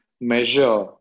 measure